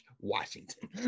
Washington